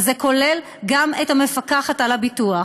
וזה כולל גם את המפקחת על הביטוח.